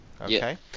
okay